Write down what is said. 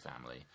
family